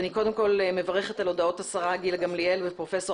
אני מברכת על הודעות השרה גילה גמליאל ופרופסור